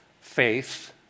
Faith